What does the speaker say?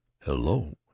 Hello